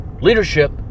leadership